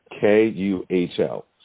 K-U-H-L